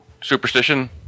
superstition